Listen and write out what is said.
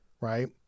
right